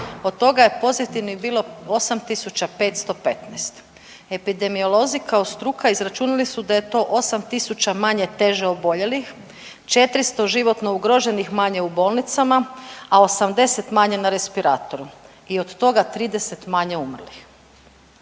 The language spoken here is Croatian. od toga je pozitivnih bilo 8.515. Epidemiolozi kao struka izračunali su da je to 8 tisuća manje teže oboljelih, 400 životno ugroženih manje u bolnicama, a 80 manje na respiratoru i od toga 30 manje umrlih.